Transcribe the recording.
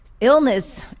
illness